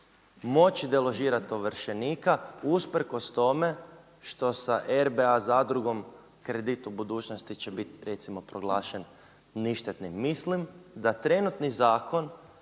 moći deložirati ovršenika usprkos tome što sa RBA zadrugom kredit u budućnosti će biti recimo proglašen ništetnim. Mislim da trenutni zakon